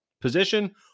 position